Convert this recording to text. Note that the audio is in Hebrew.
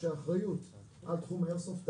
האחריות על תחום האיירסופט תעבור,